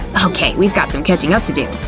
okay, we've got some catching up to do.